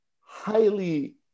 highly